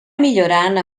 millorant